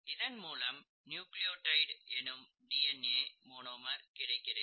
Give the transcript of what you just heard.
இதன் மூலம் நியூக்ளியோடைடு எனும் டி என் ஏ மொனாமர் கிடைக்கிறது